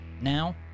Now